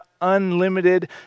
unlimited